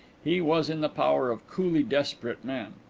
he was in the power of coolly desperate men.